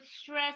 stress